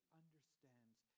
understands